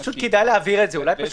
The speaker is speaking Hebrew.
אולי כדאי להבהיר את זה.